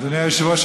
אדוני היושב-ראש,